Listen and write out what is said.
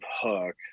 hook